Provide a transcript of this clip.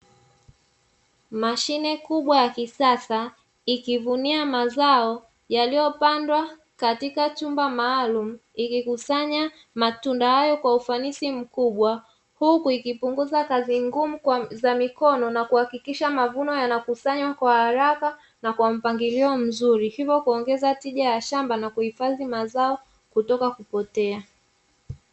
Mashine kubwa ya kisasa ikivunia mazao yaliyopandwa katika chumba maalumu ikikusanya matunda hayo kwa ufanisia mkubwa, huku ikipunguza kazi ngumu za mikono kuhakikisha mavuno yanakusanywa kwa haraka na kwa mpangilio mzuri hivyo kuongeza tija ya shamba na kuhifadhi mazao kutoka kupotea.